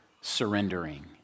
surrendering